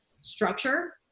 structure